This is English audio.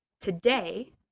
today